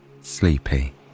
sleepy